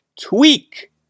tweak